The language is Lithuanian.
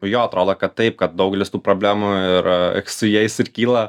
jo atrodo kad taip kad daugelis tų problemų ir su jais ir kyla